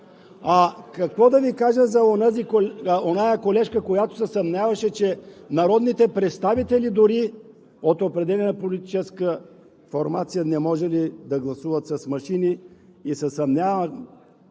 А какво да Ви кажа за оная колежка, която се съмняваше, че дори народните представители от определена политическа формация не можели да гласуват с машини. Усилено се съмнявам